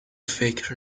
فکر